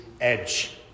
edge